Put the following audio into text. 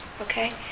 okay